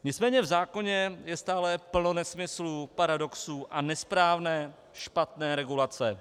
Nicméně v zákoně je stále plno nesmyslů, paradoxů a nesprávné, špatné regulace.